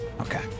Okay